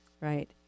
right